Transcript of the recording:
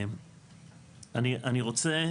אני רוצה